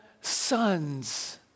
sons